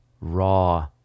raw